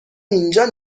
اینجا